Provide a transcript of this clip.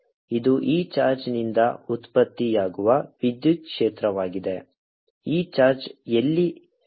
ಆದ್ದರಿಂದ ಇದು ಈ ಚಾರ್ಜ್ನಿಂದ ಉತ್ಪತ್ತಿಯಾಗುವ ವಿದ್ಯುತ್ ಕ್ಷೇತ್ರವಾಗಿದೆ ಈ ಚಾರ್ಜ್ ಎಲ್ಲಿ ಚಲಿಸುತ್ತಿದೆ